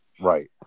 Right